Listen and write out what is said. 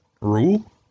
rule